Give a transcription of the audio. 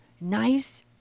nice